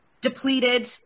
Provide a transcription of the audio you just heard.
depleted